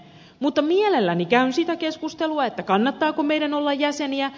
mutta mielelläni käyn sitä keskustelua kannattaako meidän olla jäseniä